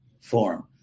form